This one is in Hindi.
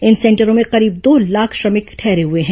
इन सेंटरों में करीब दो लाख श्रमिक ठहरे हुए हैं